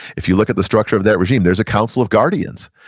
if you look at the structure of that regime there's a council of guardians,